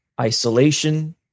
isolation